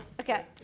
Okay